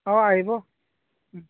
অঁ আহিব